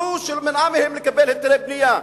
זו שמנעה מהם לקבל את היתרי הבנייה,